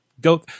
go